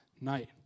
night